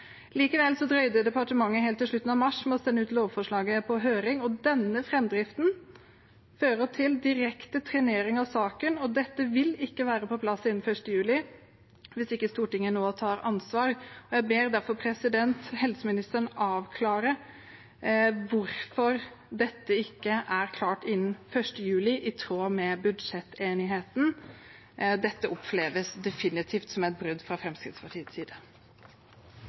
Likevel drøyde departementet helt til slutten av mars med å sende ut lovforslaget på høring, og denne framdriften fører til direkte trenering av saken. Dette vil ikke være på plass innen 1. juli hvis ikke Stortinget nå tar ansvar. Jeg ber derfor helseministeren avklare hvorfor dette ikke er klart innen 1. juli – i tråd med budsjettenigheten. Dette oppleves definitivt som et brudd fra Fremskrittspartiets side.